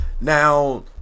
Now